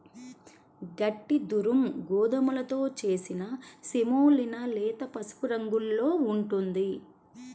గట్టి దురుమ్ గోధుమతో చేసిన సెమోలినా లేత పసుపు రంగులో ఉంటుంది